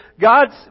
God's